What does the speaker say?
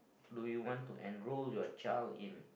do you want to enroll you child in